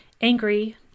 angry